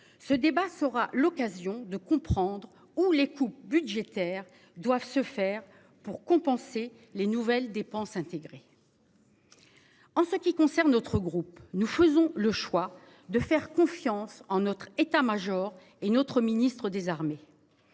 Ce débat sera l'occasion de comprendre où les coupes budgétaires doivent se faire pour compenser les nouvelles dépenses intégré. En ce qui concerne notre groupe, nous faisons le choix de faire confiance en notre État-Major et notre Ministre des Armées.